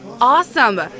awesome